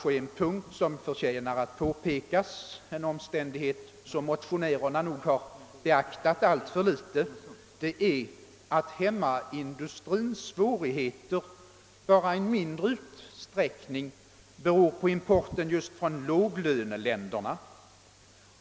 En omständighet, som motionärerna nog har beaktat alltför litet, förtjänar att påpekas. Hemmaindustrins svårigheter beror bara i mindre utsträckning på importen just från låglöneländerna.